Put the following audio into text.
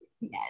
Yes